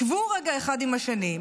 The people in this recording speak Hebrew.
שבו רגע אחד עם השני,